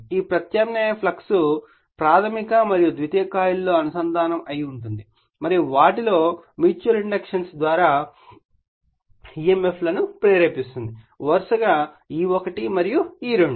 ఈ ప్రత్యామ్నాయ ఫ్లక్స్ ప్రాధమిక మరియు ద్వితీయ కాయిల్లతో అనుసంధానం అయి ఉంటుంది మరియు వాటిలో మ్యూచువల్ ఇండక్టెన్స్ ద్వారా emf లను ప్రేరేపిస్తుంది వరుసగా E1 మరియు E2